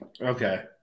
Okay